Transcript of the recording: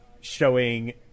showing